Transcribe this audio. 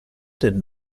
did